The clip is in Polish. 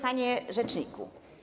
Panie Rzeczniku!